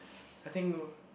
I think no